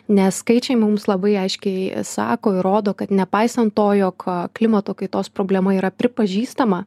nes skaičiai mums labai aiškiai sako įrodo kad nepaisant to jog klimato kaitos problema yra pripažįstama